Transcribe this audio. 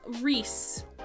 Reese